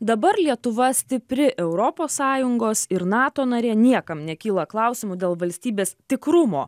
dabar lietuva stipri europos sąjungos ir nato narė niekam nekyla klausimų dėl valstybės tikrumo